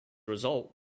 result